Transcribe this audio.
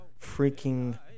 freaking